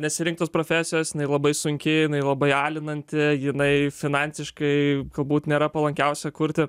nesirink tos profesijos labai sunki jinai labai alinanti jinai finansiškai galbūt nėra palankiausia kurti